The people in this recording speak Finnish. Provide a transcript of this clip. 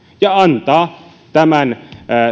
ja antaa tämän